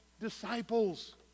disciples